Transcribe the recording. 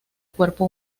cuerpo